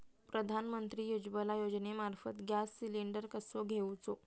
प्रधानमंत्री उज्वला योजनेमार्फत gas cylinder कसो घेऊचो?